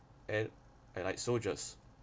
and allied soldiers